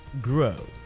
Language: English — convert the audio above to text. grow